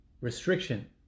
restriction